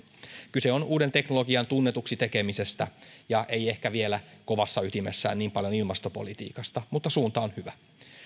kyse on uuden teknologian tunnetuksi tekemisestä ja ei ehkä vielä kovassa ytimessään niin paljon ilmastopolitiikasta mutta suunta on hyvä